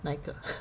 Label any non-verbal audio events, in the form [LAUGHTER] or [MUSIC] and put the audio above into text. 哪一个 [LAUGHS]